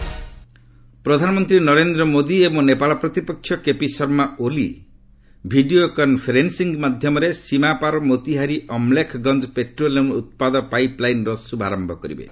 India Nepal ପ୍ରଧାନମନ୍ତ୍ରୀ ନରେନ୍ଦ୍ର ମୋଦି ଏବଂ ନେପାଳ ପ୍ରତିପକ୍ଷ କେପି ଶର୍ମା ଓଲି ଭିଡ଼ିଓ କନ୍ଫରେନ୍ସିଂ ମାଧ୍ୟମରେ ସୀମାପାର ମୋତିହାରୀ ଅମ୍ଲେଖଗଞ୍ଜ ପେଟ୍ରୋଲିୟମ୍ ଉତ୍ପାଦ ପାଇପ୍ ଲାଇନ୍ର ଶୁଭାରମ୍ଭ କରିବେ